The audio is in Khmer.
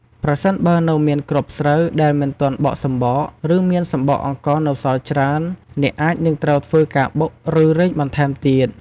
ប្រសិនបើនៅមានគ្រាប់ស្រូវដែលមិនទាន់បកសម្បក ឬមានសម្បកអង្ករនៅសល់ច្រើន អ្នកអាចនឹងត្រូវធ្វើការបុក ឬរែងបន្ថែមទៀត។